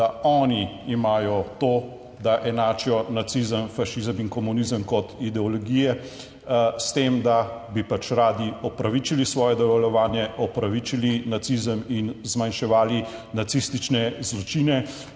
da oni imajo to, da enačijo nacizem, fašizem in komunizem kot ideologije, s tem, da bi radi upravičili svoje delovanje, opravičili nacizem in zmanjševali nacistične zločine,